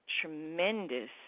tremendous